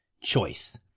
choice